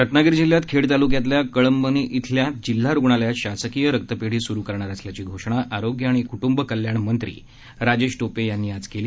रत्नागिरी जिल्ह्यात खेड तालुक्यातल्या कळंबणी इथल्या जिल्हा रुग्णालयात शासकीय रक्तपेढी सुरू करणार असल्याची घोषणा आरोग्य आणि कूट्रुंब कल्याण मंत्री राजेश टोपे यांनी आज केली